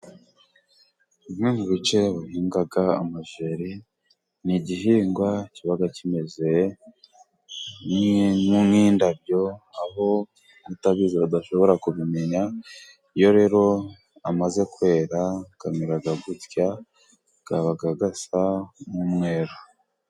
Bimwe mu bice bihinga amajeri ni igihingwa kiba kimeze nk'indabyo aho abatabizi badashobora kubimenya iyo rero amaze kwera amera gutya aba asa nk'umweru.